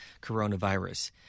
coronavirus